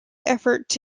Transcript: efforts